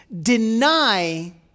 deny